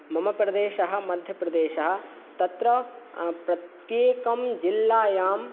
मम प्रदेशः मध्यप्रदेशः तत्र प्रत्येकं जिल्लायां